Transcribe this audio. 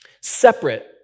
separate